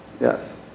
Yes